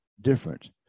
different